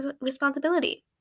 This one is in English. responsibility